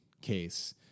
case